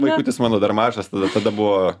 vaikutis mano dar mažas tada tada buvo